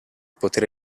potere